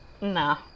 Nah